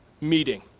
meeting